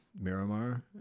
Miramar